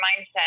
mindset